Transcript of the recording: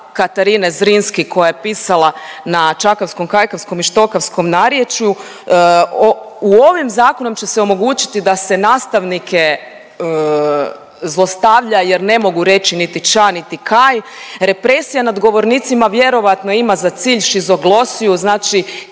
Katarine Zrinske koja je pisala na čakavskom, kajkavskom i štokavskom narječju. Ovim zakonom će se omogućiti da se nastavnike zlostavlja jer ne mogu reći niti ča niti kaj, represija nad govornicima vjerovatno ima za cilj šizoglosiju znači